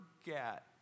forget